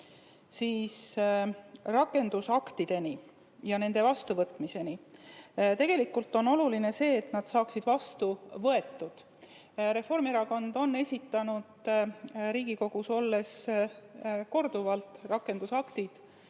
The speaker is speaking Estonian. jõuda rakendusaktideni ja nende vastuvõtmiseni? Tegelikult on oluline see, et nad saaksid vastu võetud. Reformierakond on esitanud Riigikogus olles korduvalt rakendusaktid,